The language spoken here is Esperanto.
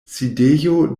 sidejo